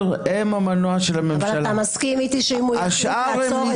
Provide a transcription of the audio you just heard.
אבל אתה מסכים איתי שאם הוא יחליט לעצור את זה הוא יכול?